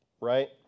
right